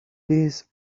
this